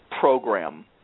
program